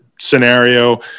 scenario